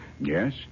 Yes